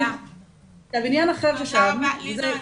תודה רבה לי-זו.